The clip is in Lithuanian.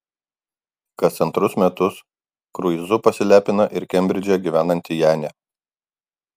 kas antrus metus kruizu pasilepina ir kembridže gyvenanti janė